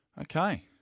Okay